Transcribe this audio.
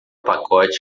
pacote